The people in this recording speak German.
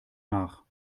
nach